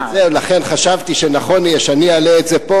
לכן חשבתי שנכון יהיה שאני אעלה את זה פה.